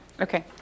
Okay